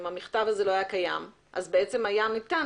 אם המכתב הזה לא היה קיים אז בעצם היה ניתן